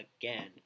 again